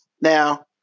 Now